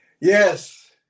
Yes